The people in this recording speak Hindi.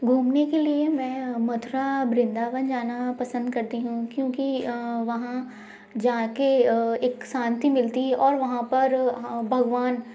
घुमने के लिए मैं अ मथुरा वृंदावन जाना पसंद करती हूँ क्योंकि अ वहाँ जा कर अ एक शांति मिलती है और वहाँ पर अ भगवान